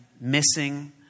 missing